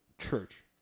church